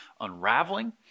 unraveling